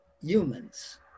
humans